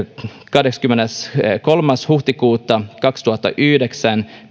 kahdeskymmeneskolmas huhtikuuta kaksituhattayhdeksän